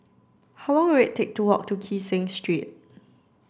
how long will it take to walk to Kee Seng Street